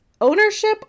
ownership